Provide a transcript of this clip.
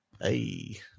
hey